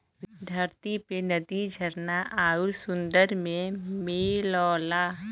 धरती पे नदी झरना आउर सुंदर में मिलला